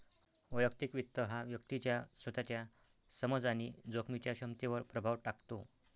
वैयक्तिक वित्त हा व्यक्तीच्या स्वतःच्या समज आणि जोखमीच्या क्षमतेवर प्रभाव टाकतो